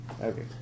Okay